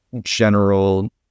general